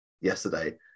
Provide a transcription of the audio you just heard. yesterday